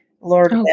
Lord